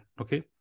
Okay